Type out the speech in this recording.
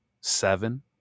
seven